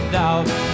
doubt